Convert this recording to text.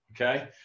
Okay